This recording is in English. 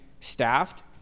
staffed